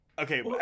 Okay